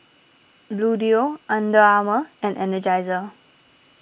Bluedio Under Armour and Energizer